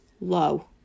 low